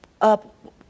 up